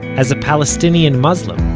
as a palestinian muslim,